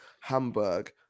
Hamburg